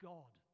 God